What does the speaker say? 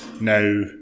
Now